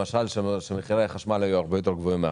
למשל, שמחירי החשמל היו הרבה יותר גבוהים מעכשיו.